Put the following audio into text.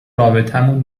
رابطمون